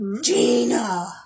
Gina